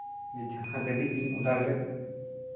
ᱡᱟᱦᱟᱸ ᱜᱟᱹᱰᱤ ᱤᱧ ᱚᱰᱟᱨ ᱞᱮᱫ